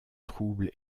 trouble